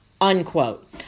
unquote